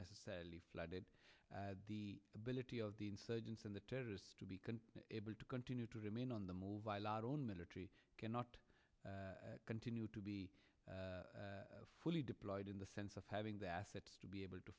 necessarily flooded the ability of the insurgents and the terrorists to be able to continue to remain on the move a lot on military cannot continue to be fully deployed in the sense of having the assets to be able to